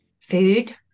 Food